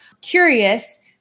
Curious